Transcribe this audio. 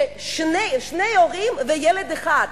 שני הורים וילד אחד,